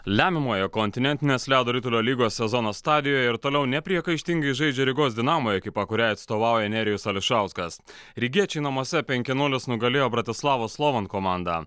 lemiamoje kontinentinės ledo ritulio lygos sezono stadijoje ir toliau nepriekaištingai žaidžia rygos dinamo ekipa kuriai atstovauja nerijus ališauskas rygiečiai namuose penki nulis nugalėjo bratislavos slovan komandą